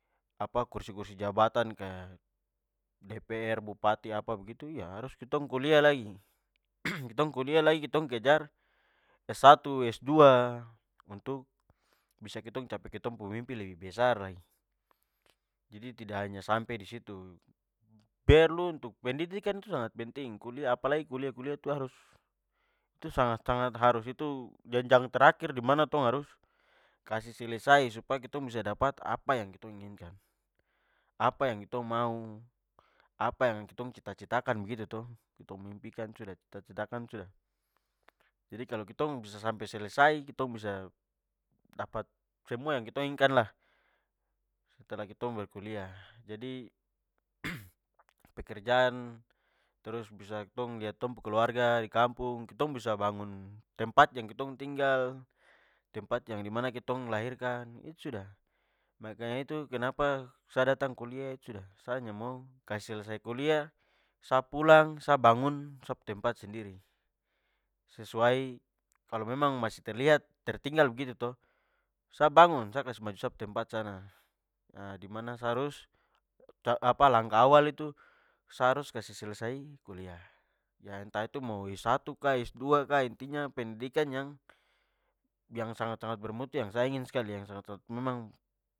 Apa kursi-kursi jabatan ka dpr, bupati apa begitu iya harus kitong kuliah lagi. ketong kuliah lagi, ketong kejar s1, s2 untuk ketong capai ketong pu mimpi lebih besar lagi. Jadi, tidak hanya sampai disitu. Perlu untuk pendidikan itu sangat penting. Kuliah apalagi kuliah, kuliah itu harus! Itu sangat-sangat harus. Itu jenjang terakhir dimana tong harus kasih selesai supaya ketong bisa dapat apa yang ketong inginkan. Apa yang ketong mau, apa yang ketong cita-citakan begitu to, tong mimpikan sudah, cita-citakan sudah. Jadi kalo ketong bisa sampe selesai, ketong bisa dapat semua yang ketong inginkan lah, setelah ketong berkuliah. Jadi, pekerjaan trus bisa tong lihat tong pu keluarga dari kampung, tong bisa bangun tempat yang tong tinggal, tempat yang dimana tong dilahirkan, itu sudah! Maka itu, kenapa sa datang kuliah, itu sudah! Sa hanya mau kasih selesaikan kuliah, sa pulang, sa bangun sa pu tempat sendiri. Sesuai kalo memang masih terlihat tertinggal begitu to, sa bangun! Sa kasih maju sa pu tempat sana. Nah dimana sa harus langkah awal itu sa harus kasih selesai kuliah ya entah itu mo s1 ka s2 ka intinya pendidikan yang yang- sangat-sangat bermutu yang sa ingin skali, yang sangat-sangat memang